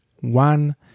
one